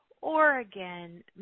Oregon